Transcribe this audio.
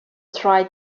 try